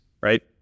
right